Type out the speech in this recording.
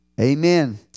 Amen